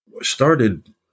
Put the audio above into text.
started